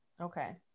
Okay